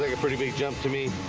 a pretty big jump to me